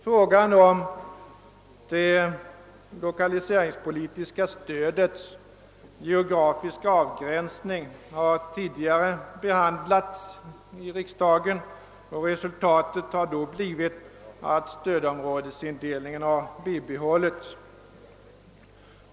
Frågan om det lokaliseringspolitiska stödets geografiska avgränsning har tidigare behandlats av riksdagen, och resultatet har då blivit att stödområdesindelningen har bibehållits.